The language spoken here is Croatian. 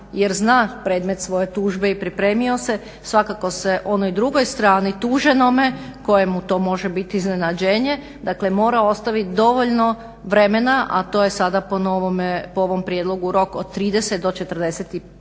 jer zna predmet svoje tužbe i pripremio se svakako se onoj drugoj strani tuženome kojemu to može biti iznenađenje, dakle mora ostavit dovoljno vremena a to je sada po novome, po ovom prijedlogu rok od 30 do 45